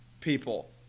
people